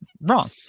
Wrong